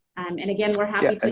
um and again we're happy,